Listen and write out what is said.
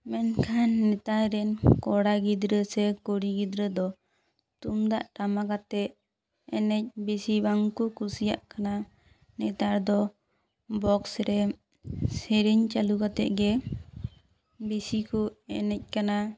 ᱢᱮᱱᱠᱷᱟᱱ ᱱᱮᱛᱟᱨ ᱨᱮᱱ ᱠᱚᱲᱟ ᱜᱤᱫᱽᱨᱟᱹ ᱥᱮ ᱠᱩᱲᱤ ᱜᱤᱫᱽᱨᱟᱹ ᱫᱚ ᱛᱩᱢᱫᱟᱜ ᱴᱟᱢᱟᱠ ᱟᱛᱮᱫ ᱮᱱᱮᱡ ᱵᱮᱥᱤ ᱵᱟᱝ ᱠᱚ ᱠᱩᱥᱤᱭᱟᱜ ᱠᱟᱱᱟ ᱱᱮᱛᱟᱨ ᱫᱚ ᱵᱚᱠᱥ ᱨᱮ ᱥᱮᱨᱮᱧ ᱪᱟᱹᱞᱩ ᱠᱟᱛᱮᱫ ᱜᱮ ᱵᱮᱥᱤ ᱠᱚ ᱮᱱᱮᱡ ᱠᱟᱱᱟ